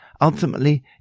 Ultimately